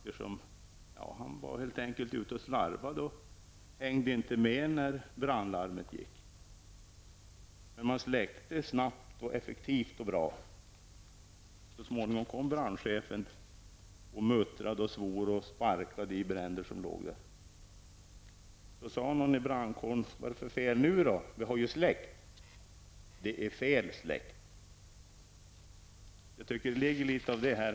Han var helt enkelt ute och slarvade och hängde inte med när brandlarmet gick. Man släckte dock snabbt, effektivt och bra. Så småningom kom brandchefen. Han muttrade, svor och sparkade i det som låg där. Någon i brandkåren frågade: Vad är det för fel nu då? Vi har ju släckt. Svaret blev: Det är fel släckt. Det påminner om detta.